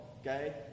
Okay